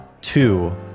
Two